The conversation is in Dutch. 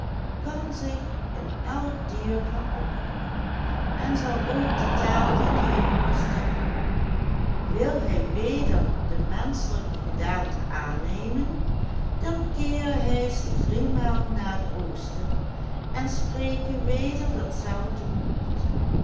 kan zich in elk dier veranderen en zal ook de taal der dieren verstaan wil hij weder de menschelijke gedaante aannemen dan keere hij zich driemaal naar het oosten en spreke weder datzelfde woord